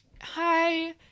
hi